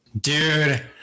Dude